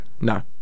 no